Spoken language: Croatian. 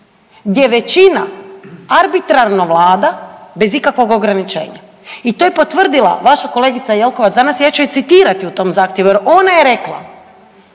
gdje većina arbitrarno vlada bez ikakvog ograničenja i to je potvrdila vaša kolegica Jelkovac danas, ja ću je citirati u tom zahtjevu jer ona je rekla